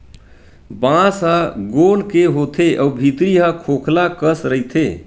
बांस ह गोल के होथे अउ भीतरी ह खोखला कस रहिथे